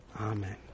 Amen